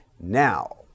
Now